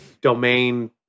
domain